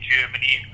Germany